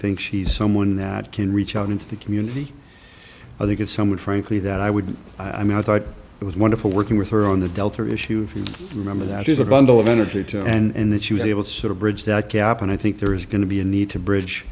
think she's someone that can reach out into the community i think it somewhat frankly that i would i mean i thought it was wonderful working with her on the delta issue if you remember that is a bundle of energy and that she was able to sort of bridge that gap and i think there is going to be a need to bridge